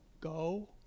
go